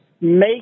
make